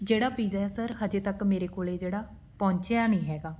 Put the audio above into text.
ਜਿਹੜਾ ਪੀਜ਼ਾ ਹੈ ਸਰ ਅਜੇ ਤੱਕ ਮੇਰੇ ਕੋਲ ਜਿਹੜਾ ਪਹੁੰਚਿਆ ਨਹੀਂ ਹੈਗਾ